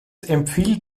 empfiehlt